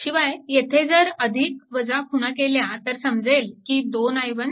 शिवाय येथे जर खुणा केल्या तर समजेल की 2 i1